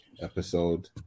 episode